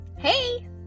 Hey